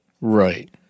Right